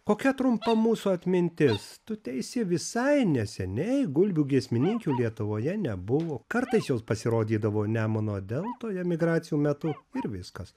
kokia trumpa mūsų atmintis tu teisi visai neseniai gulbių giesmininkių lietuvoje nebuvo kartais jos pasirodydavo nemuno deltoje migracijų metu ir viskas